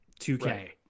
2K